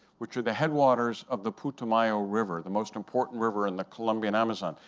which are the headwaters of the putumayo river, the most important river in the colombian amazon.